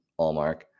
Allmark